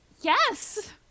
yes